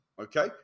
okay